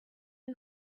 you